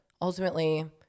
ultimately